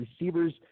receivers –